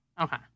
Okay